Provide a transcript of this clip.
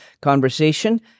conversation